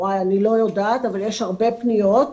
אני לא יודעת, אבל יש הרבה פניות.